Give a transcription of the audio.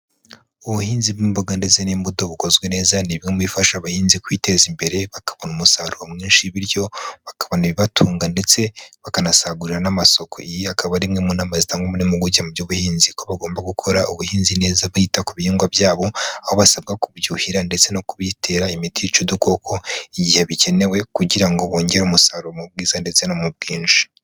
Ubuhinzi bw'imboga ndetse n'imbuto bukozwe neza ni bimwe mu bifasha abahinzi kwiteza imbere bakabona umusaruro mwinshi bityo bakabona ibibatunga ndetse bakanasagurira n'amasoko. Iyi akaba ari imwe mu nama zitangwa n'impuguke mu by'ubuhinzi ko bagomba gukora ubuhinzi neza bita ku bihingwa byabo, aho basabwa kubyuhira ndetse no kubitera imiti yica udukoko igihe bikenewe kugira ngo bongere umusaruro mu bwiza ndetse no mu bwinshi.